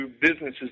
businesses